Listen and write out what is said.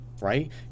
right